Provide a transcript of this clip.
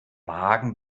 magen